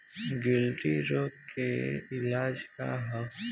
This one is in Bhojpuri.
गिल्टी रोग के इलाज का ह?